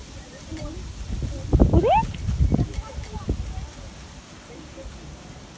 कुत्थें